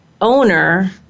owner